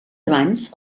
abans